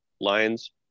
lines